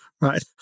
right